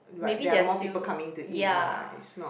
but there are more people coming to eat right it's not